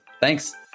Thanks